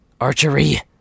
archery